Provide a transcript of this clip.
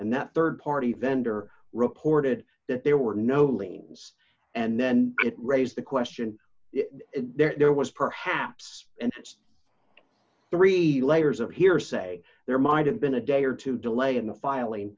and the rd party vendor reported that there were no liens and then it raised the question there was perhaps three layers of hearsay there might have been a day or two delay in the filing